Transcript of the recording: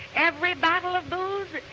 every bottle of booze,